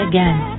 Again